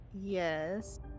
Yes